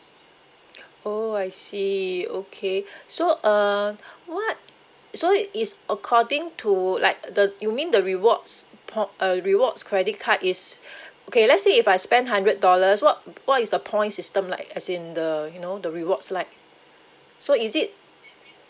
oh I see okay so uh what so is according to like the you mean the rewards p~ uh rewards credit card is okay let's say if I spent hundred dollar what what is the point system like as in the you know the rewards like so is it